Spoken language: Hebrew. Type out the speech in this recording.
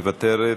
מוותרת,